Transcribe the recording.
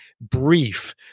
brief